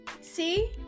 see